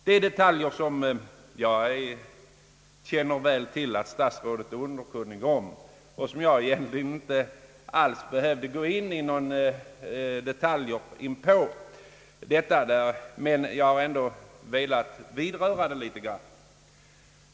Detta är detaljer som statsrådet är underkunnig om och som jag därför egentligen inte alls behöver gå in på i detalj. Jag har ändå något velat vidröra detta.